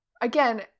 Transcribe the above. again